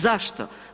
Zašto?